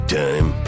time